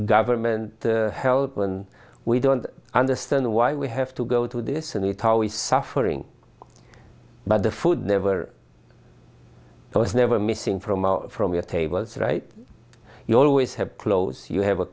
government help and we don't understand why we have to go through this and it always suffering but the food never never missing from out from your tables right you always have clothes you have a